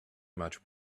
much